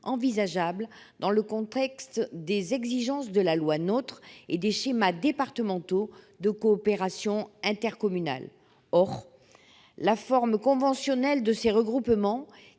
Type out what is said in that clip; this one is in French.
envisageable eu égard aux exigences de la loi NOTRe et aux schémas départementaux de coopération intercommunale. Or la forme conventionnelle de ces regroupements,